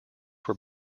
were